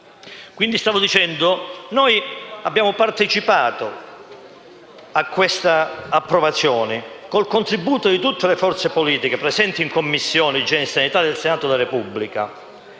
conclusione dei lavori. Abbiamo partecipato a questa approvazione con il contributo di tutte le forze politiche presenti in Commissione igiene e sanità del Senato della Repubblica